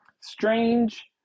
Strange